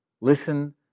Listen